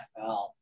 NFL